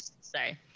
Sorry